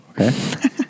Okay